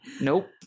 nope